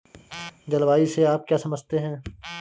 जलवायु से आप क्या समझते हैं?